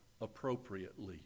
appropriately